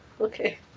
Okay